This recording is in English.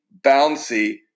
bouncy